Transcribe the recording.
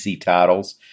titles